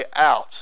out